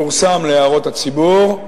פורסם להערות הציבור,